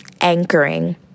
anchoring